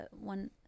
one